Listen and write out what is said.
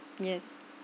yes